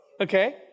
Okay